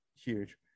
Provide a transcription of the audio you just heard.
huge